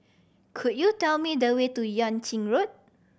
could you tell me the way to Yuan Ching Road